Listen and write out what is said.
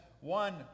one